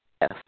Yes